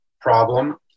problem